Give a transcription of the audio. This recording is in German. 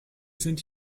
sind